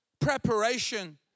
preparation